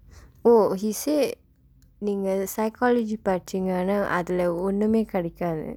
oh he said நீங்க:neengka psychology படிச்சீங்க அனால் அதுல ஒண்ணுமே கிடைக்காது:padichsiingka anaal athula onnumee kidaikkaathu